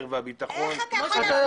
ועל הביטחון --- איך ------ אתה יכול